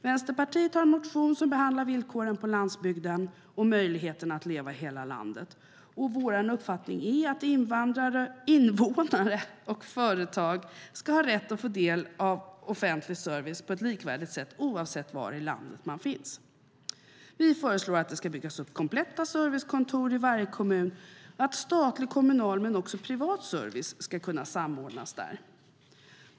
Vänsterpartiet har en motion som tar upp villkoren på landsbygden och möjligheten att leva i hela landet. Vår uppfattning är att invånare och företag ska ha rätt att på ett likvärdigt sätt få del av offentlig service oavsett var i landet man finns. Vi föreslår att det ska byggas upp kompletta servicekontor i varje kommun och att statlig och kommunal men också privat service ska kunna samordnas där.